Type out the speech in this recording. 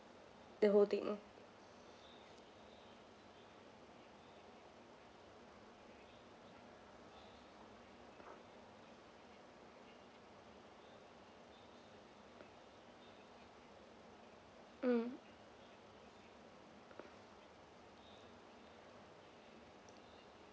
the whole thing mm